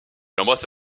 embrasse